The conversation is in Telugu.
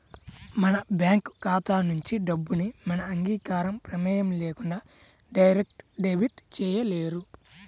మన బ్యేంకు ఖాతా నుంచి డబ్బుని మన అంగీకారం, ప్రమేయం లేకుండా డైరెక్ట్ డెబిట్ చేయలేరు